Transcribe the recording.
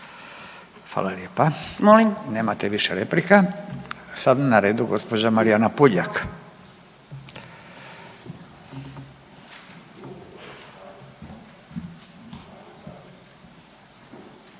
GAmulin: Molim./… nemate više replika. Sada je na redu gospođa Marijana Puljak.